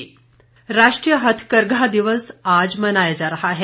हथकरघा दिवस राष्ट्रीय हथकरघा दिवस आज मनाया जा रहा है